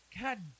God